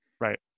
Right